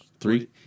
Three